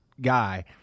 guy